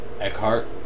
Eckhart